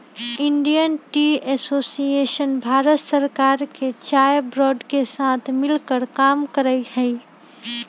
Indian tea association Bharat सरकार के चाय बोर्ड के साथ मिलकर काम करा हई